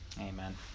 amen